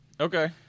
Okay